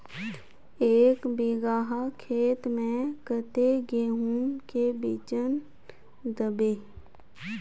एक बिगहा खेत में कते गेहूम के बिचन दबे?